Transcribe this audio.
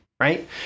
right